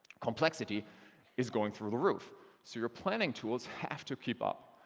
complexity is going through the roof so your planning tools have to keep up.